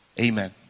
Amen